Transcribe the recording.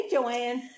Joanne